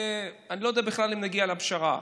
ואני לא יודע בכלל אם נגיע לפשרה.